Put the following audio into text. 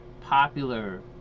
popular